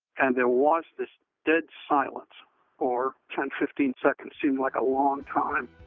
and there was this dead silence for ten fifteen seconds, seemed like a long time,